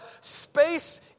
space